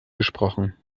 gesprochen